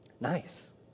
nice